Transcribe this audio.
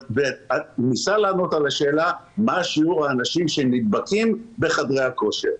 וניסה לענות על השאלה מה שיעור האנשים שנדבקים בחדרי הכושר.